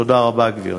תודה רבה, גברתי.